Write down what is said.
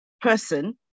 person